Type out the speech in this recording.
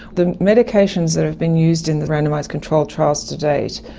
the medications that have been used in the randomised controlled trials to date,